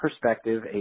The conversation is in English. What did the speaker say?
perspective